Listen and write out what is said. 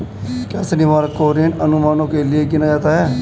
क्या शनिवार को ऋण अनुमानों के लिए गिना जाता है?